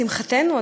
לשמחתנו,